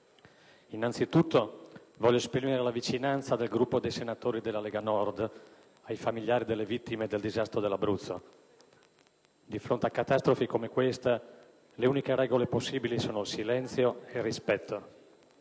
innanzitutto voglio esprimere la vicinanza del Gruppo dei senatori della Lega Nord ai familiari delle vittime del disastro dell'Abruzzo. Di fronte a catastrofi come questa le uniche regole possibili sono silenzio e rispetto.